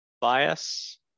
bias